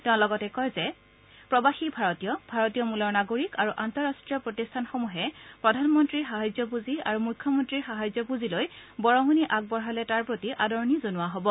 তেওঁ কয় যে প্ৰৱাসী ভাৰতীয় ভাৰতীয় মূলৰ নাগৰিক আৰু আন্তঃৰাষ্ট্ৰীয় প্ৰতিষ্ঠানসমূহে প্ৰধানমন্ত্ৰীৰ সাহায্য পুঁজি আৰু মুখ্যমন্ত্ৰীৰ সাহায্য পুঁজিলৈ বৰঙণি আগবঢ়ালে তাৰ প্ৰতি আদৰণি জনোৱা হব